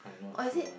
or is it